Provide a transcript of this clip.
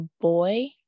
boy